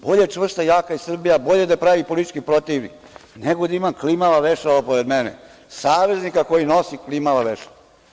Bolje čvrsta i jaka Srbija, bolje da pravi politički protivnik, nego da ima klimava vešala pored mene, saveznika koji nosi klimava vešala.